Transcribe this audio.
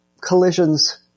collisions